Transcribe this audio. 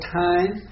time